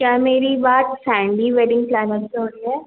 क्या मेरी बात सैन्डी वेडिंग प्लैनर से हो रही है